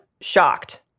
shocked